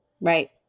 Right